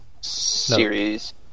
series